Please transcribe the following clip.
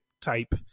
type